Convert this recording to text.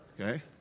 Okay